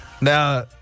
Now